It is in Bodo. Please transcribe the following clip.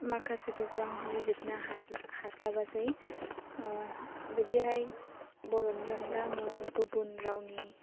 माखासेफोरखौ आं बुजिजोबनो हास्ला हास्लाबासै बिदियावहाय बर'नि अनगा आङो गुबुन रावनि